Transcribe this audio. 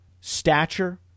stature